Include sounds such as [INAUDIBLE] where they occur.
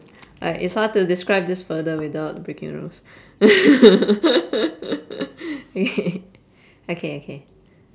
like it's hard to describe this further without breaking the rules [LAUGHS] okay okay okay